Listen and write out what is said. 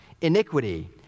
iniquity